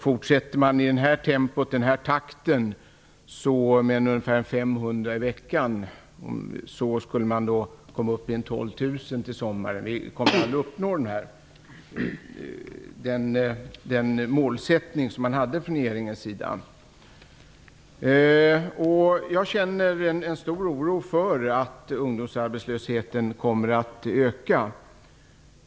Fortsätter man i den här takten med ungefär 500 ungdomar i veckan skulle man komma upp till ca 12 000 till sommaren. Kommer den målsättning som regeringen hade att uppnås? Jag känner en stor oro för att ungdomsarbetslösheten kommer att öka.